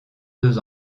deux